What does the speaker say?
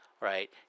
right